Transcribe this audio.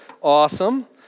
Awesome